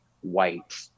white